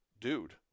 dude